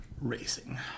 racing